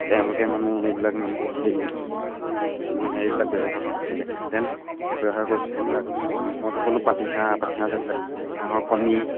তেওঁলোকে মানে এইবিলাক মানে হেৰি মানে এইবিলাক ব্যৱহাৰ কৰা নাছিলে তেওঁলোকে ব্যৱহাৰ কৰিছে এইবিলাক মই যে ক'লোঁ পাতিহাঁহ পাতিহাঁহ যে ডাঙৰ কণী